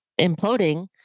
imploding